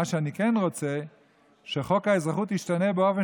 מה שאני כן רוצה הוא שחוק האזרחות ישתנה באופן